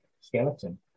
skeleton